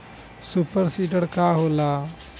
Super seeder का होला?